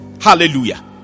Hallelujah